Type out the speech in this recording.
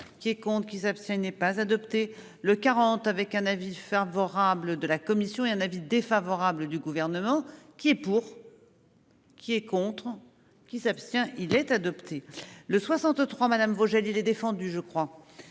qui compte qui s'abstiennent n'est pas adopté le 40 avec un avis favorable de la commission et un avis défavorable du gouvernement qui est pour. Qui est contre on qui s'abstient. Il est adopté. Le 63, madame Vogel. Il est défendu, je crois.